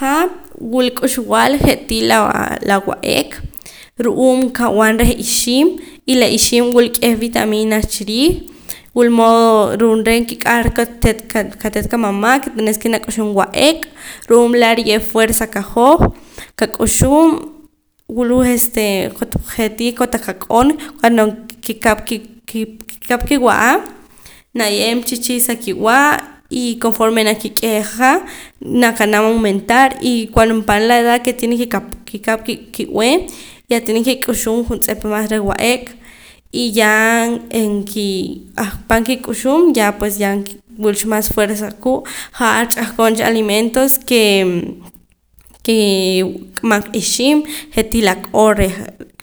Han wulk'ux je'tii la la wa'ek ru'uum qawann reh ixiim y la ixiim wula k'eh vitaminas chiriij wul moodo ru'uum re' nkiq'ar qate't qate't qamama' ke nak'uxum wa'ek ru'uum laa' riye' fuerza qahoj qak'uxum wul je'tii este kotaq ak'on cuando kikap kikap ki' wa'a naye'em sichii' sakiwa' y conforme nakik'eja naqa'nam aumentar y cuando empana a edad que tiene ke kiqaq kikap ki'b'ee ya tiene kek'uxum juntz'ep mas reh wa'ak y yaa nkii ahpa' kik'uxum ya pues ya wulcha más fuerza kuu' ja'ar ch'ahqon cha alimentos ke kee rik'amam ka ixiim je'tii la q'oor reh